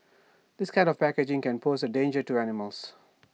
this kind of packaging can pose A danger to animals